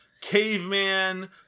Caveman